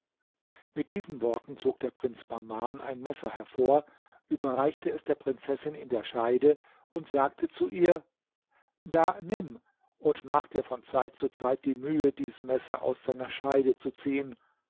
mit diesen worten zog der prinz bahman ein messer hervor überreichte es der prinzessin in der scheide und sagte zu ihr da nimm und mach dir von zeit zu zeit die mühe dies messer aus seiner scheide zu ziehen